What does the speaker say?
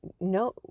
no